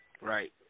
Right